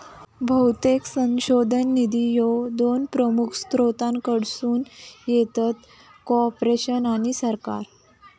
बहुतेक संशोधन निधी ह्या दोन प्रमुख स्त्रोतांकडसून येतत, कॉर्पोरेशन आणि सरकार